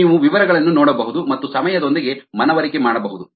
ನೀವು ವಿವರಗಳನ್ನು ನೋಡಬಹುದು ಮತ್ತು ಸಮಯದೊಂದಿಗೆ ಮನವರಿಕೆ ಮಾಡಬಹುದು